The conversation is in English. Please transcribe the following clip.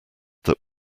that